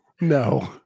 No